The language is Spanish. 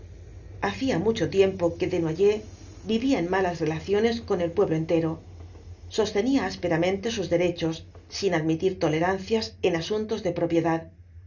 hacía mucho tiempo que desnoyers vivía en malas relaciones con el pueblo entero sostenía ásperamente sus derechos sin admitir tolerancias en asuntos de propiedad